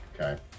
Okay